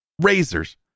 razors